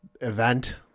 Event